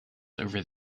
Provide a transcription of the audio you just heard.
over